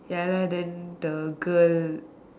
ya lah then the girl